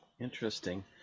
Interesting